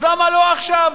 אז למה לא עכשיו,